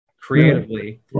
creatively